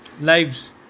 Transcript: lives